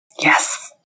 Yes